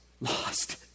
lost